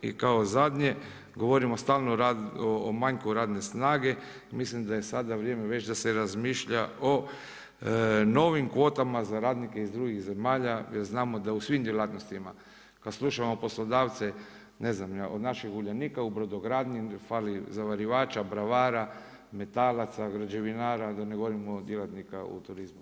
I kao zadnje, govorimo stalno o manjku radne snage, mislim da je sada vrijeme već da se razmišlja o novim kvotama za radnike iz drugih zemalja jer znamo da u svim djelatnostima kad slušamo poslodavce, ne znam, od našeg Uljanika u brodogradnji fali zavarivača, bravara, metalaca, građevinara, da ne govorimo o djelatnika u turizmu.